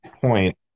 point